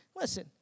listen